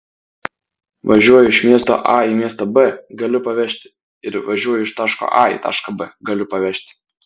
važiuoju iš miesto a į miestą b galiu pavežti ir važiuoju iš taško a į tašką b galiu pavežti